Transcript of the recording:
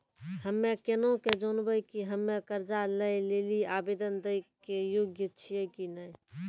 हम्मे केना के जानबै कि हम्मे कर्जा लै लेली आवेदन दै के योग्य छियै कि नै?